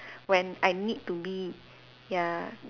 when I need to be ya